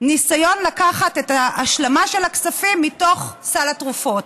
היה ניסיון לקחת את ההשלמה של הכספים מתוך סל התרופות,